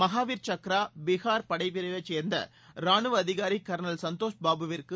மகாவீர் சக்ரா விருது பீஹார் படைப்பிரிவை சேர்ந்த ரானுவ அதிகாரி கர்னல் சந்தோஷ் பாபுவிற்கு